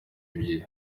ebyiri